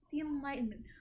Enlightenment